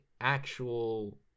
actual